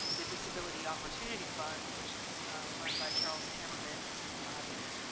the disability opportunity fund, which is run by charles hammerman who's in the audience,